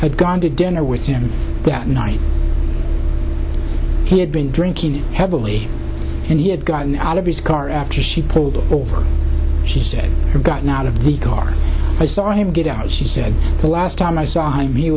had gone to dinner with him that night he had been drinking heavily and he had gotten out of his car after she pulled over she said gotten out of the car i saw him get out and she said the last time i saw him he